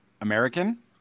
American